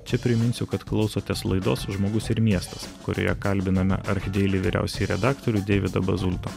čia priminsiu kad klausotės laidos žmogus ir miestas kurioje kalbiname archdeili vyriausiąjį redaktorių deividą bazulto